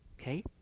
Okay